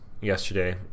yesterday